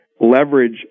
leverage